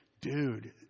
dude